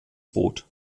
boot